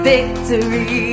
Victory